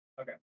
okay